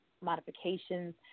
modifications